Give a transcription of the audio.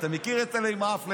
אתה מכיר את אלה עם האף למעלה?